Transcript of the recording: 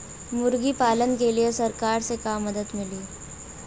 मुर्गी पालन के लीए सरकार से का मदद मिली?